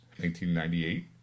1998